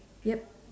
yup